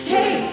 Hey